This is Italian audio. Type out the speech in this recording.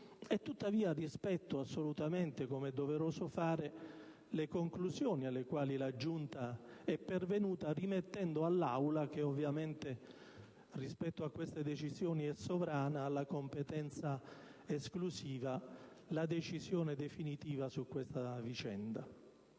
Tuttavia, rispetto assolutamente, come è doveroso fare, le conclusioni alle quali la Giunta è pervenuta rimettendo all'Aula, che in ordine a queste decisioni è sovrana ed ha competenza esclusiva, la decisione definitiva su questa vicenda.